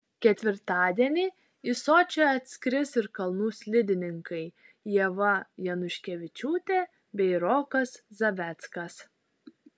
ketvirtadienį į sočį atskris ir kalnų slidininkai ieva januškevičiūtė bei rokas zaveckas